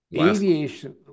Aviation